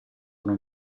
non